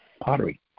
pottery